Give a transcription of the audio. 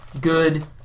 good